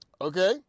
okay